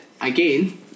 again